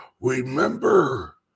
Remember